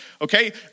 okay